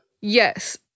Yes